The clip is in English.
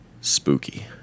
Spooky